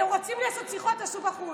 אתם רוצים לעשות שיחות, תעשו בחוץ.